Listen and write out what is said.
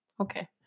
Okay